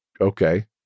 okay